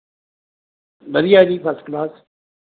ਵਧੀਆ ਜੀ first class